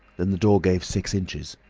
then the door gave six inches.